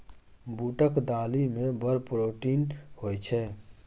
बूटक दालि मे बड़ प्रोटीन होए छै